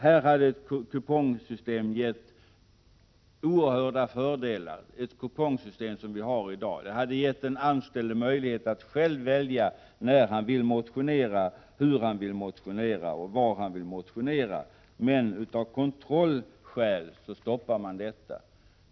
Här hade ett kupongsystem, som det vi har i dag, givit oerhörda fördelar. Det hade givit den anställde möjlighet att själv välja när han vill motionera, hur han vill motionera och var han vill motionera. Men av kontrollskäl stoppar man detta.